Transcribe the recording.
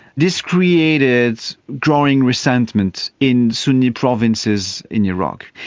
this created growing resentment in suny provinces in iraq,